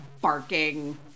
barking